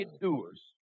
doers